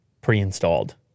pre-installed